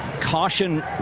caution